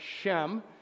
Shem